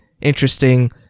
interesting